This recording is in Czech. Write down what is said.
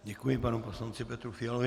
Děkuji panu poslanci Petru Fialovi.